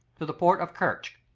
to the port of kertch,